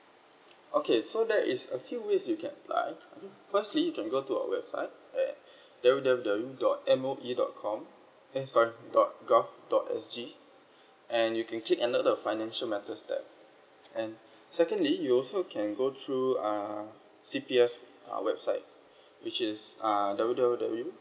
okay so there is a few ways you can apply !aduh! firstly you can go to our website at W W W dot M_O_E dot com eh sorry dot G_O_V dot S_G and you can click and load the financial matters tab and secondly you also can go through err C_P_F our website which is uh W W W